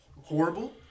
horrible